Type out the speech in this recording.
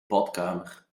badkamer